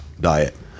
diet